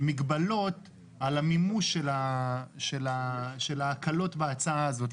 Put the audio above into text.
יש מגבלות על המימוש של ההקלות בהצעה הזאת,